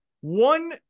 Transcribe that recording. one